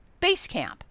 Basecamp